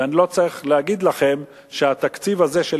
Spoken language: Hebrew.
ואני לא צריך להגיד לכם שהתקציב הזה של